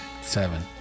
seven